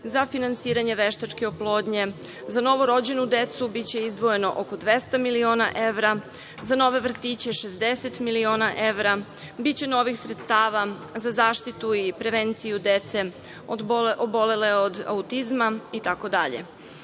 za finansiranje veštačke oplodnje; za novorođenu decu biće izdvojeno oko 200 miliona evra; za nove vrtiće 60 miliona evra; biće novih sredstava za zaštitu i prevenciju dece obolele od autizma i